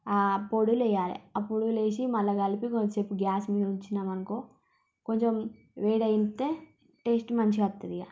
పొడులెయ్యాలి ఆ పొడులేసి మళ్ళా కలిపి కొంచేపు గ్యాస్ మీద ఉంచినామనుకో కొంచెం వేడైతే టేస్ట్ మంచిగా వస్తుందిగ